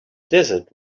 desert